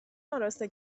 آراسته